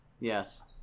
Yes